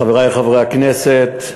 חברי חברי הכנסת,